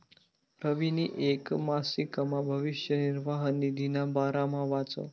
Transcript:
रवीनी येक मासिकमा भविष्य निर्वाह निधीना बारामा वाचं